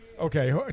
Okay